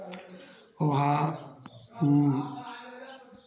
वहाँ